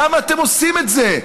למה אתם עושים את זה?